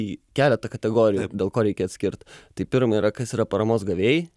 į keletą kategorijų dėl ko reikia atskirt tai pirma yra kas yra paramos gavėjai